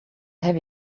have